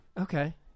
Okay